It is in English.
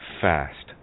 fast